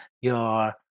your-